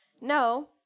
No